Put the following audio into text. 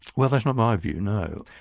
well that's not my view, no.